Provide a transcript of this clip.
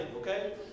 okay